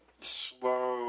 slow